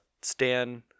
Stan